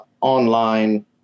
online